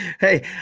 Hey